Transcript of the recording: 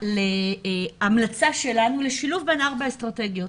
דוגמה להמלצה שלנו לשילוב בין ארבע אסטרטגיות: